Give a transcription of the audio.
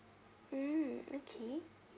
mm okay